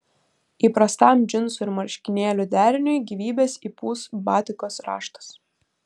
įprastam džinsų ir marškinėlių deriniui gyvybės įpūs batikos raštas